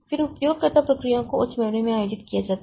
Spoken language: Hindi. फिर उपयोगकर्ता प्रक्रियाओं को उच्च मेमोरी में आयोजित किया जाता है